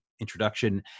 introduction